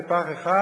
אלא פך אחד,